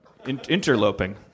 Interloping